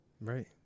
Right